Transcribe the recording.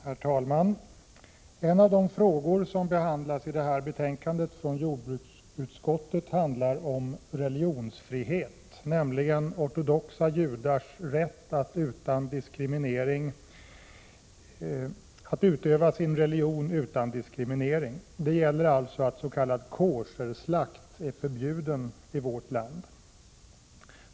Herr talman! En av de frågor som behandlas i detta betänkande från jordbruksutskottet handlar om religionsfrihet, nämligen ortodoxa judars rätt att utöva sin religion utan att bli diskriminerade. Det gäller alltså att s.k. koscherslakt är förbjuden i vårt land.